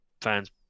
fans